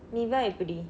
niva எப்படி:eppadi